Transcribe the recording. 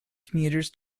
commuters